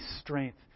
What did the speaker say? strength